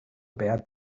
bert